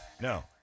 No